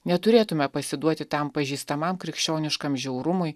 neturėtume pasiduoti tam pažįstamam krikščioniškam žiaurumui